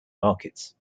markets